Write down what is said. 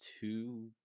two